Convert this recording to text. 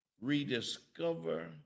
rediscover